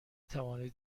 توانید